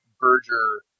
Berger